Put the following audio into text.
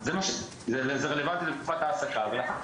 זה רלוונטי לתקופת ההעסקה ואחר כך